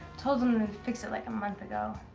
told em to fix it like a month ago.